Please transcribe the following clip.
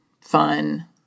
fun